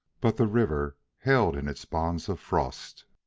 but the river held in its bonds of frost.